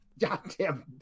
goddamn